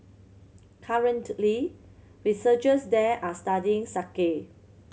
currently researchers there are studying